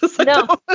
No